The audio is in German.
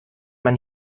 man